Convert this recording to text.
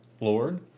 Lord